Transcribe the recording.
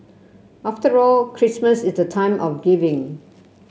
after all Christmas is the time of giving